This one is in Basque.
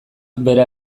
bera